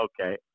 Okay